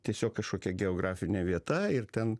tiesiog kažkokia geografinė vieta ir ten